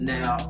Now